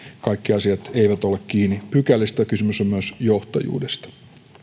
kaikki asiat eivät ole kiinni pykälistä kysymys on myös johtajuudesta